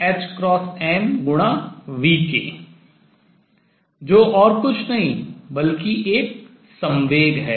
im×v के जो और कुछ नहीं बल्कि एक संवेग है